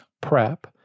Prep